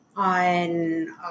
on